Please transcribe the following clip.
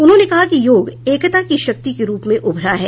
उन्होंने कहा कि योग एकता की शक्ति के रूप में उभरा है